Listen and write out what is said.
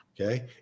Okay